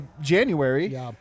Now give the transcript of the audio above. January